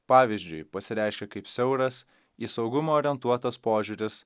pavyzdžiui pasireiškia kaip siauras į saugumą orientuotas požiūris